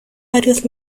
varios